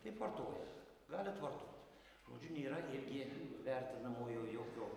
taip vartotoja galit vartot žodžiu nėra irgi vertinamojo jokio